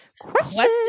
question